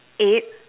eight